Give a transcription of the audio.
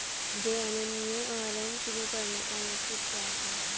JNNURM शुरू करने का मकसद क्या था?